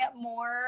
more